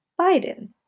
Biden